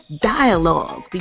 dialogue